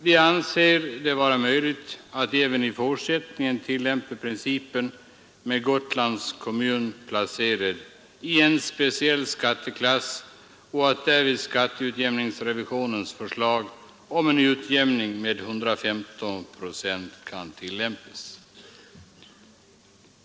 Vi anser det vara möjligt att även i fortsättningen tillämpa principen med Gotlands kommun placerad i en speciell skatteklass och att därvid skatteutjämningsrevisionens förslag om en utjämning med 115 procent kan tillämpas.